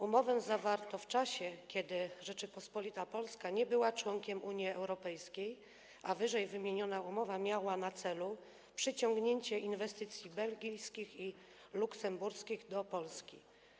Umowę zawarto w czasie, kiedy Rzeczpospolita Polska nie była członkiem Unii Europejskiej, a ww. umowa miała na celu przyciągnięcie inwestycji belgijskich i luksemburskich do Polski.